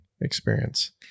experience